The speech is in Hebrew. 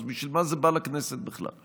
אז בשביל מה זה בא לכנסת זה בכלל?